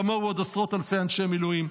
כמוהו עוד עשרות אלפי אנשי מילואים.